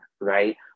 right